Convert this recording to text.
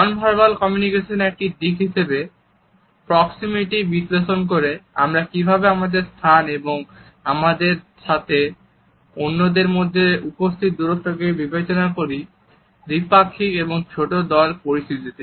নন verbal কমিউনিকেশনের একটি দিক হিসেবে প্রক্সিমিটি বিশ্লেষণ করে আমরা কিভাবে আমাদের স্থান এবং আমাদের সাথে অন্যদের মধ্যে উপস্থিত দূরত্বকে বিবেচনা করি দ্বিপাক্ষিক এবং ছোট দলগত পরিস্থিতিতে